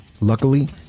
Luckily